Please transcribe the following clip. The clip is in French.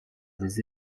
des